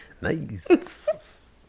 Nice